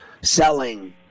selling